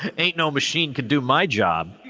ah ain't no machine can do my job.